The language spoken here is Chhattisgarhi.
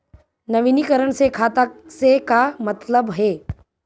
नवीनीकरण से खाता से का मतलब हे?